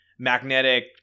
magnetic